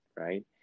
right